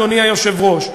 אדוני היושב-ראש,